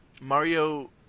Mario